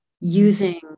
using